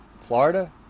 Florida